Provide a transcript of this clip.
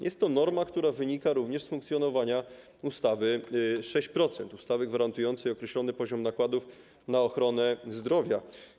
Jest to norma, która wynika również z funkcjonowania ustawy 6%, ustawy gwarantującej określony poziom nakładów na ochronę zdrowia.